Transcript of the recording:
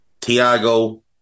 Tiago